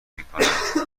میکنند